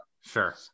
Sure